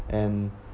and